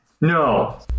No